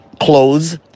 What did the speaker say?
clothes